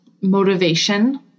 motivation